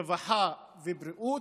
רווחה ובריאות,